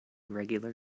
regular